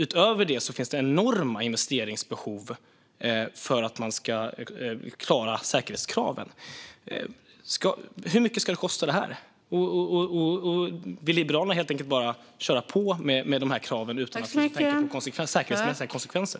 Utöver det finns det enorma investeringsbehov för att man ska klara säkerhetskraven. Hur mycket ska detta kosta? Vill Liberalerna bara köra på med dessa krav utan att tänka på säkerhetsmässiga konsekvenser?